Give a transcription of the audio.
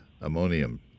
ammonium